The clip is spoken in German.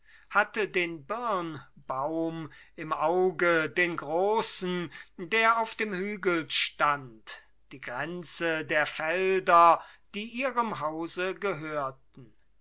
hatte den birnbaum im auge den großen der auf dem hügel stand die grenze der felder die ihrem hause gehörten